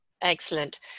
Excellent